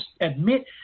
admit